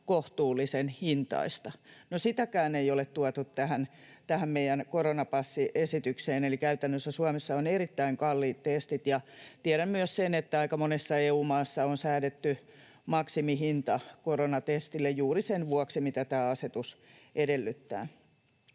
kohtuullisen hintaista. No sitäkään ei ole tuotu tähän meidän koronapassiesitykseen. Käytännössä Suomessa on erittäin kalliit testit, ja tiedän myös sen, että aika monessa EU-maassa on säädetty maksimihinta koronatestille juuri sen vuoksi, mitä tämä asetus edellyttää.